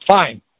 Fine